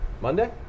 Monday